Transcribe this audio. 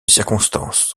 circonstance